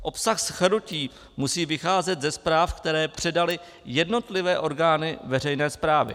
Obsah shrnutí musí vycházet ze zpráv, které předaly jednotlivé orgány veřejné správy.